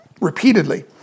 repeatedly